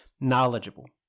knowledgeable